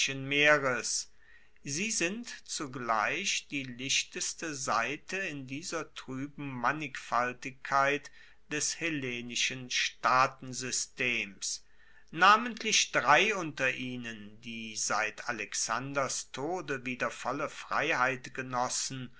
meeres sie sind zugleich die lichteste seite in dieser trueben mannigfaltigkeit des hellenischen staatensystems namentlich drei unter ihnen die seit alexanders tode wieder volle freiheit genossen